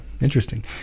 Interesting